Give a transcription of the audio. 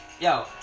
Yo